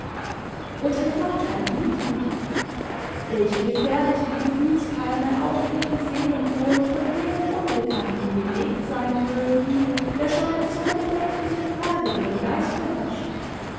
und renata liebt mich welch gefährliche gefühlskeime auch in ihren seelengrund von jenem unbekannten gelegt sein mögen der schon in so bedenklichem grade ihren geist beherrscht